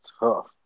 tough